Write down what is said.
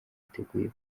yiteguye